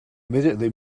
immediately